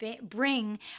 bring